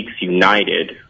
United